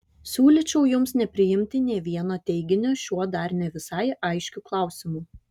siūlyčiau jums nepriimti nė vieno teiginio šiuo dar ne visai aiškiu klausimu